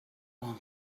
want